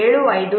4 7